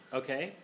okay